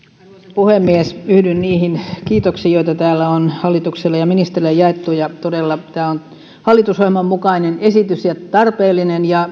puhemies yhdyn niihin kiitoksiin joita täällä on hallitukselle ja ministerille jaettu todella tämä on hallitusohjelman mukainen ja tarpeellinen